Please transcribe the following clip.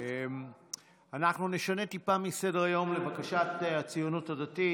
אנחנו נשנה טיפה מסדר-היום, לבקשת הציונות הדתית.